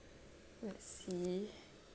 let's see